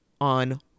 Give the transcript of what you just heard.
on